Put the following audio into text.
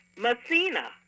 Messina